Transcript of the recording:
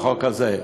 לחוק הזה,